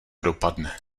dopadne